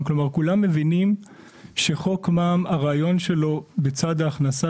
כלומר כולם מבינים שחוק מע"מ הרעיון שלו בצד ההכנסה